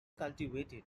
cultivated